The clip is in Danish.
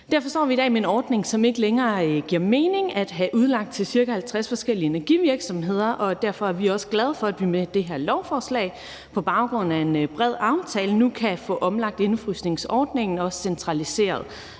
Derfor står vi i dag med en ordning, som ikke længere giver mening at have udlagt til ca. 50 forskellige energivirksomheder, og derfor er vi også glade for, at vi med det her lovforslag på baggrund af en bred aftale nu kan få omlagt indefrysningsordningen og også centraliseret